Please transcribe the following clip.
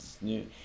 new